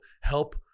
help